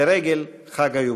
לרגל חג היובל.